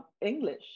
English